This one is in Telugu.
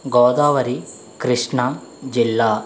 గోదావరి కృష్ణా జిల్లా